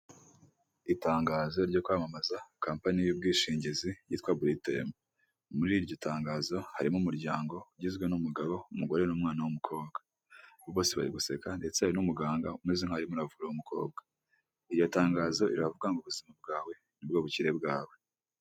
Itangazo ryo kwamamaza kampani y'ubwishingizi yitwa buritamu, muri iryo tangazo harimo umuryango ugizwe n'umugabo, umugore n'umwana w'umukobwa, bose bari guseka ndetse hari n'umuganga umeze nk'aho arimo aravura uyu mukobwa iryo tangazo rivuga ngo, ubuzima bwawe ni bwo bukire bwawe.